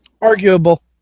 Arguable